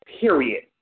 period